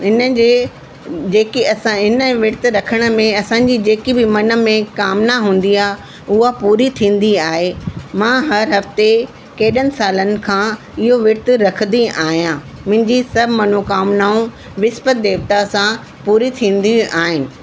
इन जे जेके असां इन विर्तु रखण में असांजी जेकी बि मन में कामना हूंदी आहे उहा पूरी थींदी आहे मां हर हफ़्ते केॾनि सालनि खां इहो विर्तु रखंदी आहियां मुंहिंजी सभु मनोकामनाऊं विस्पति देवता सां पूरी थींदियूं आहिनि